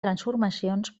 transformacions